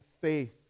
faith